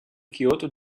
kyoto